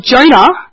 Jonah